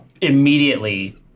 immediately